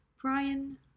Brian